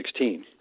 2016